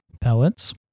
pellets